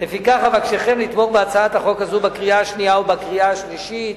לפיכך אבקשכם לתמוך בהצעת החוק הזאת בקריאה השנייה ובקריאה השלישית.